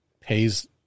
pays